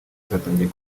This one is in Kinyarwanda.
zatangiye